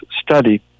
study